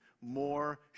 more